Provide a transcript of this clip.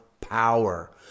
power